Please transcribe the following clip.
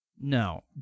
No